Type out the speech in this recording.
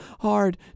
hard